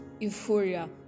euphoria